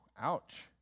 ouch